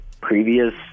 previous